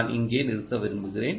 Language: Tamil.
நான் இங்கே நிறுத்த விரும்புகிறேன்